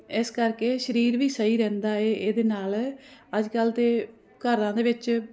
ਇਸ ਕਰਕੇ ਸਰੀਰ ਵੀ ਸਹੀ ਰਹਿੰਦਾ ਹੈ ਇਹਦੇ ਨਾਲ ਅੱਜ ਕੱਲ੍ਹ ਤਾਂ ਘਰਾਂ ਦੇ ਵਿੱਚ